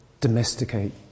domesticate